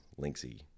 linksy